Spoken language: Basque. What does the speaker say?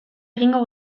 egingo